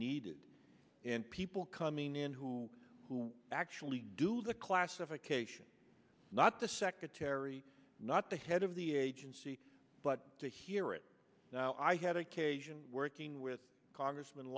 needed and people coming in who who actually do the classification not the secretary not the head of the agency but to hear it now i had occasion working with congressm